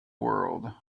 world